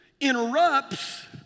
interrupts